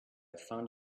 found